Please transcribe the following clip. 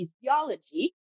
physiology